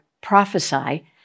prophesy